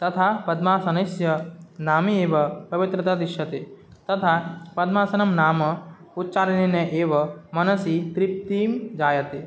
तथा पद्मासनस्य नामे एव पवित्रता दृश्यते तथा पद्मासनं नाम उच्चारणेन एव मनसि तृप्तिं जायते